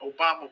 Obama